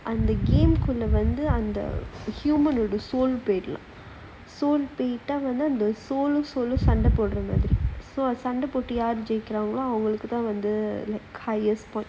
அந்த:antha game குள்ள வந்து அந்த:kulla vanthu antha human போய்டலாம் போய்ட்டா வந்து அந்த:poidalaam poitaa vanthu antha so சண்டை போடுற மாறி:sandai podura maari so சண்டை போட்டு யாரு ஜெய்க்குறாங்களோ அவங்களுக்கு தான் வந்து:sandai pottu yaaaru jeikkiraangalo avangalukku thaan vanthu highest point